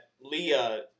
leah